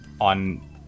on